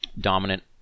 dominant